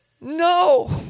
no